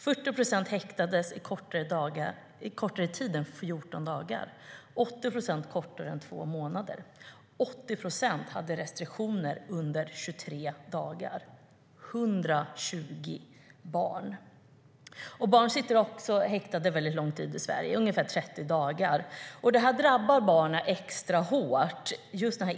40 procent häktades i kortare tid än 14 dagar och 80 procent kortare än två månader. 80 procent hade restriktioner under 23 dagar. Det var alltså 120 barn. Barn sitter ofta häktade lång tid i Sverige, i ungefär 30 dagar. Detta drabbar barn extra hårt.